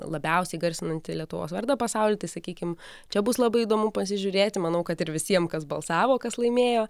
labiausiai garsinantį lietuvos vardą pasauly tai sakykim čia bus labai įdomu pasižiūrėti manau kad ir visiem kas balsavo kas laimėjo